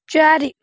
ଚାରି